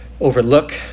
overlook